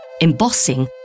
embossing